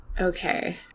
Okay